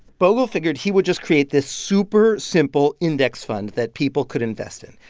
bogle figured he would just create this super simple index fund that people could invest in.